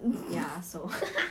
ya so